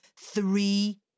three